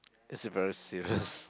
is it very serious